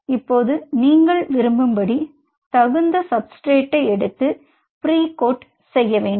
இப்போது நீங்கள் விரும்பும்படி தகுந்த சாப்ஸ்ட்ரட்டை எடுத்து ப்ரி கோட் செய்ய வேண்டும்